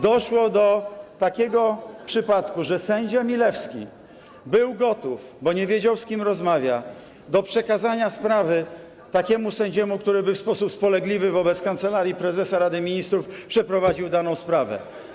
Doszło do takiego przypadku, że sędzia Milewski był gotów, bo nie wiedział, z kim rozmawia, do przekazania sprawy takiemu sędziemu, który by w sposób spolegliwy wobec Kancelarii Prezesa Rady Ministrów przeprowadził daną sprawę.